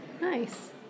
Nice